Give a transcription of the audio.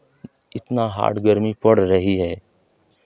कितना हार्ड गर्मी पड़ रही है